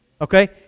Okay